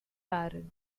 baron